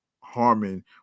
Harmon